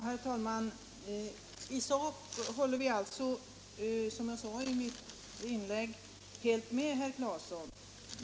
Herr talman! I sak håller vi, som jag sade i mitt tidigare inlägg, helt med herr Claeson.